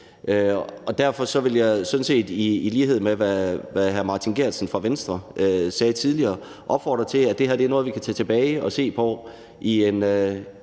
Derfor vil jeg sådan set, i lighed med hvad hr. Martin Geertsen fra Venstre sagde tidligere, opfordre til, at det her er noget, vi kan se på i en